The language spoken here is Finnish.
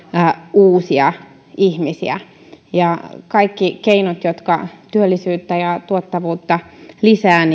uusia ihmisiä kaikki keinot jotka työllisyyttä ja tuottavuutta lisäävät